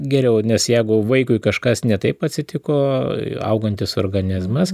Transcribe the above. geriau nes jeigu vaikui kažkas ne taip atsitiko augantis organizmas